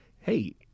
hey